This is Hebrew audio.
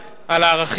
על הערכים שלה.